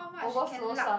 overflow some